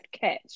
catch